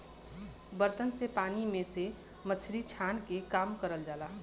बर्तन से पानी में से मछरी छाने के काम करल जाला